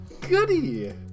goody